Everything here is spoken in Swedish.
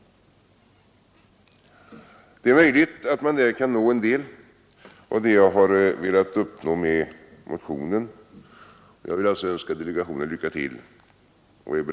Det är möjligt att man där kan nå en del av det jag har velat uppnå med motionen, och jag vill alltså önska delegationen lycka till.